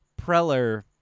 Preller